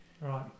Right